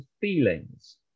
feelings